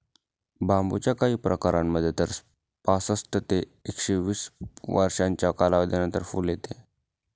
बांबूच्या काही प्रकारांमध्ये तर पासष्ट ते एकशे वीस वर्षांच्या कालावधीनंतर फुल येते